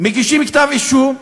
מגישים כתב אישום,